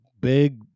big